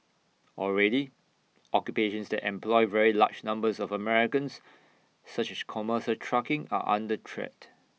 already occupations that employ very large numbers of Americans such she commercial trucking are under threat